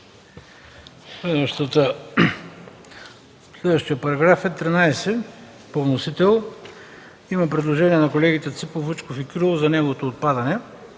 Следващият параграф е 13 по вносител. Има предложение на колегите Ципов, Вучков и Кирилов за неговото отпадане.